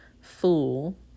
fool